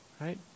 right